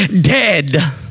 dead